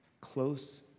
close